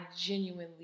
genuinely